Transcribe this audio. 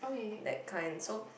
that kind so